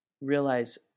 realize